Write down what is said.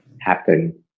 happen